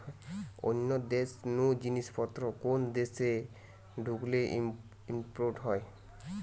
অন্য দেশ নু জিনিস পত্র কোন দেশে ঢুকলে ইম্পোর্ট হয়